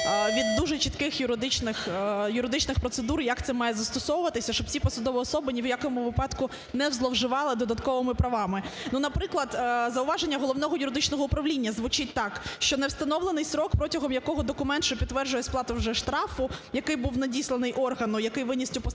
від дуже чітких юридичних процедур, як це має застосовуватися, щоб ці посадові особи ні в якому випадку не зловживали додатковими правами. Ну, наприклад, зауваження Головного юридичного управління звучить так, що не встановлений строк, протягом якого документ, що підтверджує сплату вже штрафу, який був надісланий органу, який виніс цю постанову